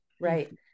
right